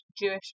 Jewish